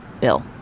Bill